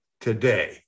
today